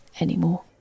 anymore